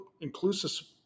inclusive